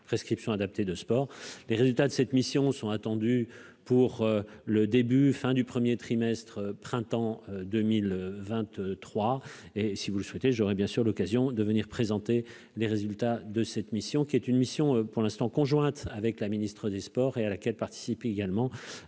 prescription adaptée de sport, les résultats de cette mission sont attendues pour le début, fin du 1er trimestre printemps 2020 3 et si vous le souhaitez, j'aurais bien sûr l'occasion de venir présenter les résultats de cette mission, qui est une mission pour l'instant conjointe avec la ministre des Sports et à laquelle participaient également